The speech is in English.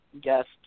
guest